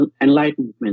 enlightenment